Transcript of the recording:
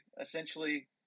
essentially